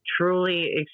truly